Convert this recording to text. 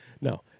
No